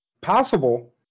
possible